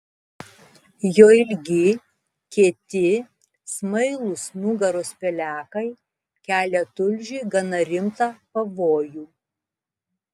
jo ilgi kieti smailūs nugaros pelekai kelia tulžiui gana rimtą pavojų